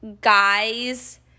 guys